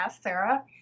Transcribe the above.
Sarah